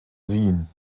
wien